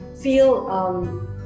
feel